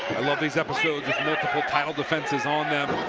i love these episodes with multiple title defenses on them.